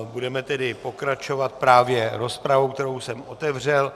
Budeme tedy pokračovat právě rozpravou, kterou jsem otevřel.